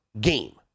game